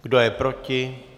Kdo je proti?